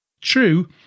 True